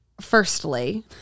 firstly